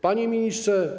Panie Ministrze!